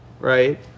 right